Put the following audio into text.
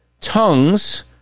tongues